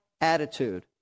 attitude